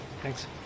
Thanks